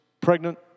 pregnant